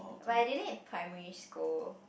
but I did it in primary school